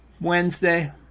wednesday